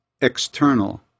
external